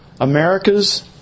America's